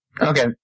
Okay